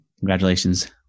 Congratulations